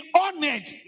honored